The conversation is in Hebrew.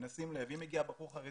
אם הגיע בחור חרדי,